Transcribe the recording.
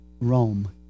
Rome